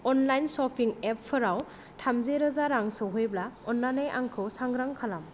online shopping एपफोराव थामजि रोजा रां सौहैब्ला अन्नानै आंखौ सांग्रां खालाम